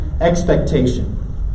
expectation